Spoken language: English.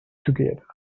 together